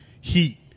heat